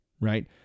right